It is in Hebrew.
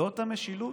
זאת המשילות?